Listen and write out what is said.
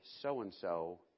so-and-so